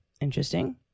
Interesting